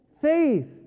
faith